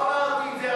לא אמרתי את זה.